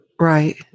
Right